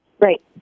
Right